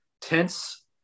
tense